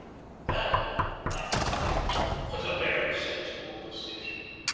that i thought was a very sensible decision.